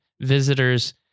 visitors